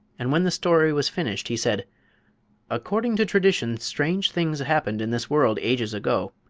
and when the story was finished he said according to tradition strange things happened in this world ages ago,